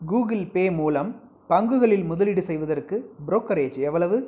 Google Pay மூலம் பங்குகளில் முதலீடு செய்வதற்கு ப்ரோக்கரேஜ் எவ்வளவு